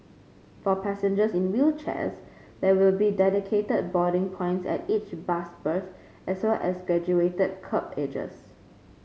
for passengers in wheelchairs there will be dedicated boarding points at each bus berth as well as graduated kerb edges